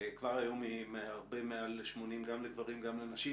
כבר היום היא הרבה מעלה 80 גם לגברים וגם לנשים